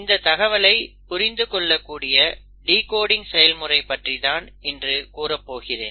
இந்தத் தகவலை புரிந்து கொள்ளக்கூடிய டிகோடிங் செயல்முறை பற்றிதான் இன்று கூறப்போகிறேன்